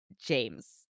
James